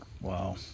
Wow